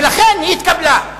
ולכן, היא התקבלה.